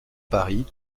paris